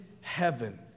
heaven